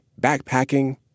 backpacking